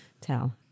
tell